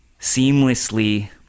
seamlessly